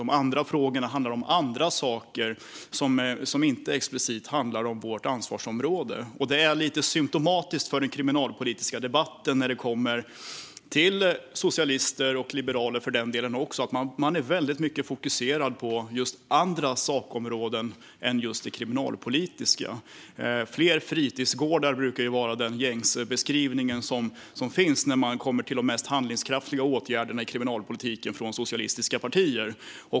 De andra minuterna handlar om andra saker som inte explicit berör vårt ansvarsområde. Detta är lite symtomatiskt för den kriminalpolitiska debatten när det kommer till socialister - och även liberaler, för den delen: Man är väldigt fokuserad på andra sakområden än just det kriminalpolitiska. "Fler fritidsgårdar" brukar vara den gängse beskrivningen när det gäller de mest handlingskraftiga åtgärderna i kriminalpolitiken från socialistiska partier.